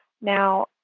Now